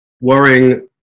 worrying